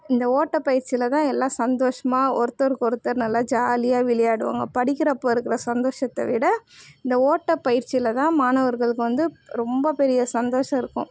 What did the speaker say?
இந்த ஓட்டப்பயிற்சியில் தான் எல்லாம் சந்தோஷமாக ஒருத்தருக்கு ஒருத்தர் நல்லா ஜாலியாக விளையாடுவாங்க படிக்கிறப்போ இருக்கிற சந்தோஷத்தை விட இந்த ஓட்டப்பயிற்சியில் தான் மாணவர்களுக்கு வந்து ரொம்ப பெரிய சந்தோஷம் இருக்கும்